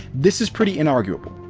this is pretty inarguable.